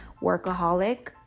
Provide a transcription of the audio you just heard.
workaholic